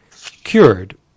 cured